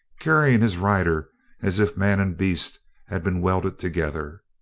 carrying his rider as if man and beast had been welded together.